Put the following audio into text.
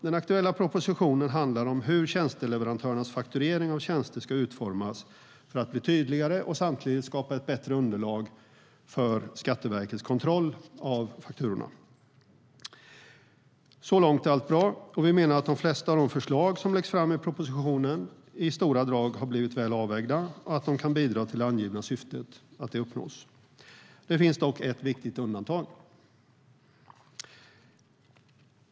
Den aktuella propositionen handlar om hur tjänsteleverantörernas fakturering av tjänster ska utformas för att bli tydligare och samtidigt skapa ett bättre underlag för Skatteverkets kontroll av fakturorna. Så långt är allt bra. Vi menar att de flesta av de förslag som läggs fram i propositionen i stora drag har blivit väl avvägda och att de kan bidra till att det angivna syftet uppnås. Det finns dock ett viktigt undantag.